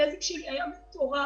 הנזק שלי היה מטורף.